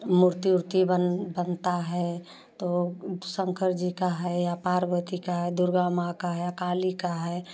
मूर्ति उर्ति बन बनता है तो शंकर जी का है या पार्वती का है दुर्गा माँ का है काली का है